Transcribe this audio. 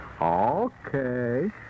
Okay